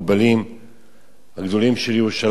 הגדולים של ירושלים, ועושים תפילות